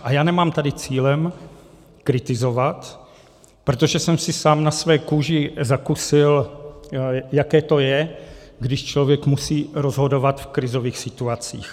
A já nemám tady cílem kritizovat, protože jsem si sám na své kůži zakusil, jaké to je, když člověk musí rozhodovat v krizových situacích.